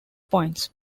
points